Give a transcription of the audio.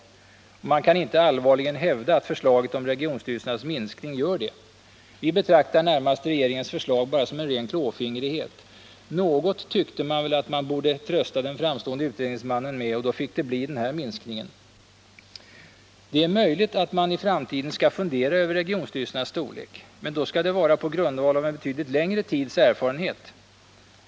Man kan inte allvarligen hävda att förslaget om regionstyrelsernas minskning gör det. Vi betraktar regeringens förslag som utslag av ren klåfingrighet. Något tyckte man väl att man borde trösta den framstående utredningsmannen med, och då fick det bli den här minskningen. Det är möjligt att man i framtiden skall fundera över regionstyrelsernas storlek, men då skall det vara på grundval av en betydligt längre tids erfarenhet.